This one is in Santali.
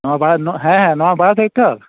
ᱱᱯᱣᱟ ᱦᱮᱸ ᱵᱟᱨᱟ ᱠᱟᱹᱡ ᱛᱚ